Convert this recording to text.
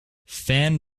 fan